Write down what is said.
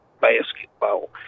basketball